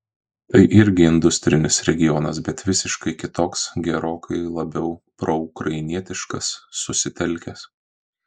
tai irgi industrinis regionas bet visiškai kitoks gerokai labiau proukrainietiškas susitelkęs